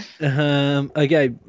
Okay